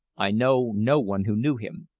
i know no one who knew him.